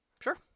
Sure